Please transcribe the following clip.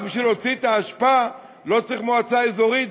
רק בשביל להוציא את האשפה לא צריך מועצה אזורית,